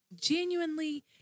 genuinely